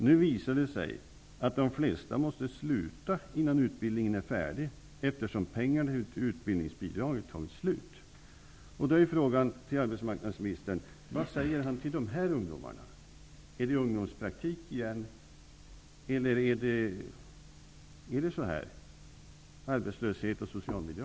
Nu visar det sig att de flesta måste sluta innan utbildningen är färdig, eftersom pengarna till utbildningsbidrag har tagit slut.